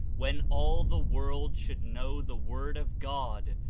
when all the world should know the word of god,